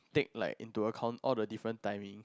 take like into account all the different timing